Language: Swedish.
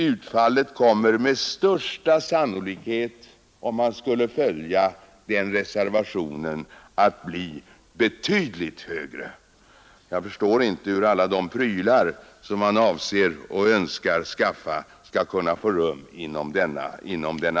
Utfallet kommer med största sannolikhet om man skulle följa reservanternas förslag att bli betydligt Nr 91 högre; jag förstår inte hur alla de prylar som man önskar skaffa skall få Måndagen den rum inom den angivna ramen.